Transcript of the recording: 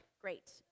great